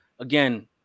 again